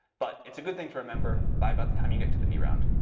but it's a good thing to remember by about the time you get to the b round.